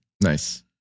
Nice